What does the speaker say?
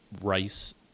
rice